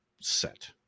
set